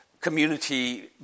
community